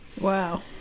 Wow